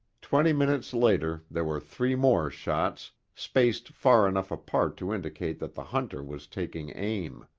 twenty minutes later there were three more shots spaced far enough apart to indicate that the hunter was taking aim.